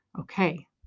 Okay